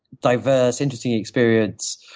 diverse, interesting experience.